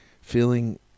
feeling